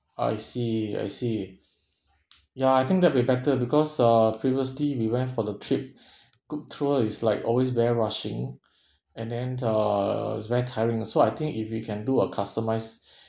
I see I see ya I think that would be better because uh previously we went for the trip group tour is like always very rushing and then uh it's very tiring ah so I think if you can do a customised